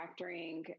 factoring